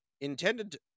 intended